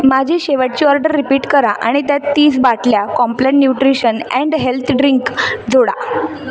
माझी शेवटची order repeat करा आणि त्यात तीस बाटल्या Complan nutrition and health drink जोडा